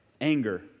Anger